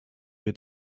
wir